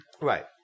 Right